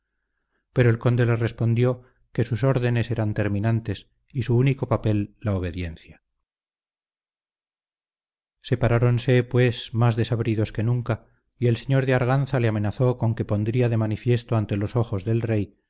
pero el conde le respondió que sus órdenes eran terminantes y su único papel la obediencia separáronse pues más desabridos que nunca y el señor de arganza le amenazó con que pondría de manifiesto ante los ojos del rey